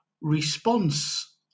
response